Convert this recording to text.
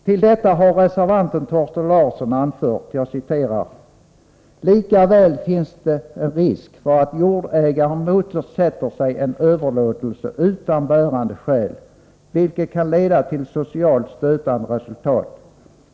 Till detta har reservanten Thorsten Larsson anfört: ”Likväl finns det en risk för att jordägaren motsätter sig en överlåtelse utan bärande skäl, vilket kan leda till socialt stötande resultat.